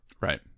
Right